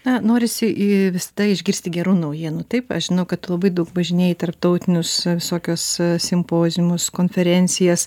na norisi į visada išgirsti gerų naujienų taip žinau kad labai daug važinėji tarptautinius visokius simpoziumus konferencijas